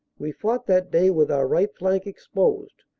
ve fought that day with our right flank exposed,